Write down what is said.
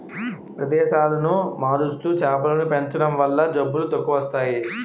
ప్రదేశాలను మారుస్తూ చేపలను పెంచడం వల్ల జబ్బులు తక్కువస్తాయి